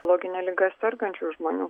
logine liga sergančių žmonių